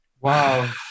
wow